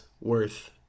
worth